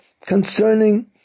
concerning